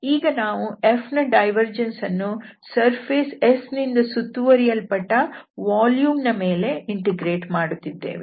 ಈಗ ನಾವು F ನ ಡೈವರ್ಜೆನ್ಸ್ ಅನ್ನು ಸರ್ಫೇಸ್ S ನಿಂದ ಸುತ್ತುವರಿಯಲ್ಪಟ್ಟ ವಾಲ್ಯೂಮ್ ನ ಮೇಲೆ ಇಂಟೆಗ್ರೇಟ್ ಮಾಡುತ್ತಿದ್ದೇವೆ